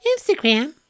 Instagram